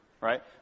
right